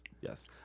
Yes